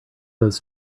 those